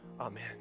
Amen